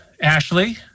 Ashley